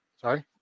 sorry